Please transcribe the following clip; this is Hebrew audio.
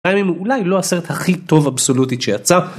אולי הוא לא הסרט הכי טוב אבסולוטית שיצא.